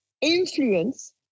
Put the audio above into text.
influence